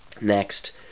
Next